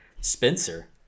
Spencer